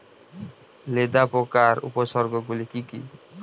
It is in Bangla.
লেদা পোকার উপসর্গগুলি কি কি?